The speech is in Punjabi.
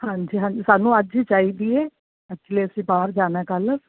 ਹਾਂਜੀ ਹਾਂਜੀ ਸਾਨੂੰ ਅੱਜ ਹੀ ਚਾਹੀਦੀ ਹੈ ਐਕਚੁਲੀ ਅਸੀਂ ਬਾਹਰ ਜਾਣਾ ਕੱਲ੍ਹ